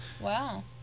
Wow